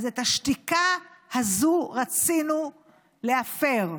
אז את השתיקה הזו רצינו להפר.